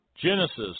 Genesis